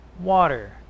water